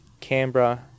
Canberra